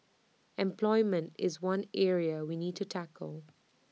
employment is one area we need to tackle